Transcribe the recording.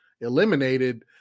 eliminated